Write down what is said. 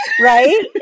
right